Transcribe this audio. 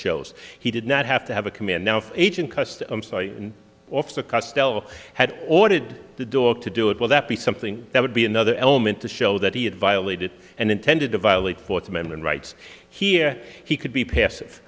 shows he did not have to have a command now ancient custom site and off the car still had ordered the dog to do it will that be something that would be another element to show that he had violated and intended to violate fourth amendment rights here he could be passive